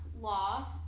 law